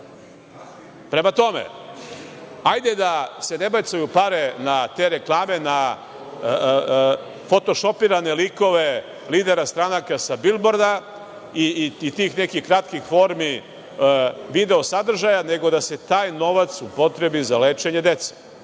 tome, hajde da se ne bacaju pare na te reklame, na fotošopirane likove lidera stranaka sa bilborda i tih nekih kratkih formi video sadržaja, nego da se taj novac upotrebi za lečenje